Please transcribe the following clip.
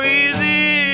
easy